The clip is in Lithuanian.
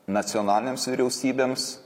nacionalinėms vyriausybėms